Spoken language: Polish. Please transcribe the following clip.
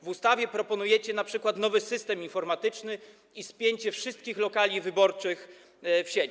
W ustawie proponujecie np. nowy system informatyczny i spięcie wszystkich lokali wyborczych w sieć.